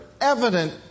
evident